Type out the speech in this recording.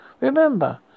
Remember